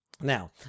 Now